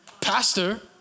Pastor